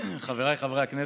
חבריי חברי הכנסת,